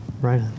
Right